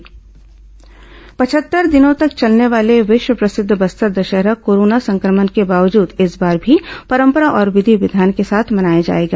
बस्तर दशहरा पचहत्तर दिनों तक चलने वाले विश्व प्रसिद्ध बस्तर दशहरा कोरोना संक्रमण के बावजूद इस बार भी परंपरा और विधि विधान के साथ मनाया जाएगा